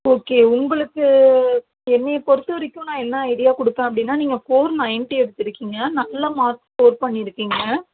okay உங்களுக்கு என்னையப் பொருத்தவரைக்கும் நான் என்ன ஐடியா கொடுப்பேன் அப்படினா நீங்கள் ஃபோர் நைன்டி எடுத்துருக்கீங்க நல்ல மார்க் ஸ்கோர் பண்ணியிருக்கீங்க